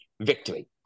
victory